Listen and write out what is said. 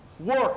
work